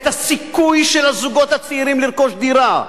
את הסיכוי של הזוגות הצעירים לרכוש דירה,